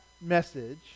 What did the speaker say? message